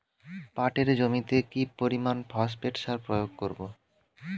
পাটের জমিতে কি পরিমান ফসফেট সার প্রয়োগ করব?